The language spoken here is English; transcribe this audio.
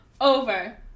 over